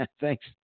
Thanks